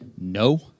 no